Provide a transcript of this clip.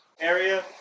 area